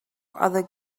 other